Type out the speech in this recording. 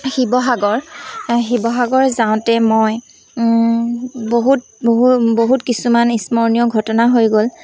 শিৱসাগৰ শিৱসাগৰ যাওঁতে মই বহুত বহু বহুত কিছুমান স্মৰণীয় ঘটনা হৈ গ'ল